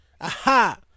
Aha